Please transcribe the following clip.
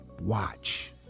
Watch